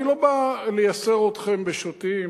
אני לא בא לייסר אתכם בשוטים,